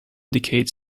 decayed